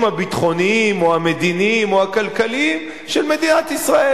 הביטחוניים או המדיניים או הכלכליים של מדינת ישראל.